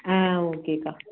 ஆ ஓகேக்கா